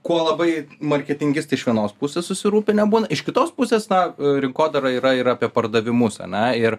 kuo labai marketingistai iš vienos pusės susirūpinę būna iš kitos pusės na rinkodara yra ir apie pardavimus ane ir